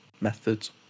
methods